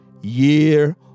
year